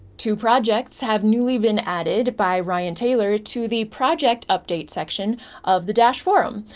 two projects have newly been added by ryan taylor to the project update section of the dash forum,